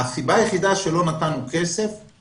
הסיבה היחידה שלא נתנו כסף הייתה